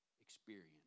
experience